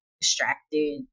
distracted